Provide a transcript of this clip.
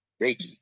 Reiki